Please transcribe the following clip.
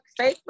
Facebook